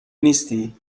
نیستی